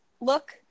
look